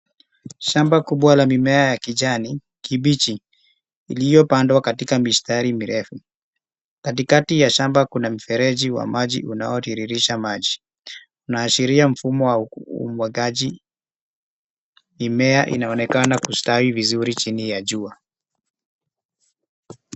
Shamba kubwa la mimea ya kijani kibichi iliyopandwa katika mistari mirefu. Katikati ya shamba kuna mfereji wa maji unaotiririsha maji. Inaashiria mfumo wa umwagiliaji. Mimea inaonekana kustawi vizuri chini ya jua.